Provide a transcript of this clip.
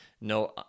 No